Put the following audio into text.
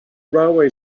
railway